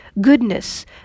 goodness